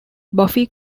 buffy